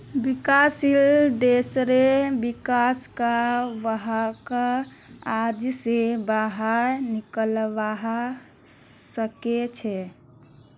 विकासशील देशेर विका स वहाक कर्ज स बाहर निकलवा सके छे